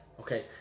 okay